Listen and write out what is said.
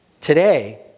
Today